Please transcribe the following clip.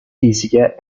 fisiche